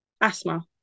asthma